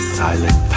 silent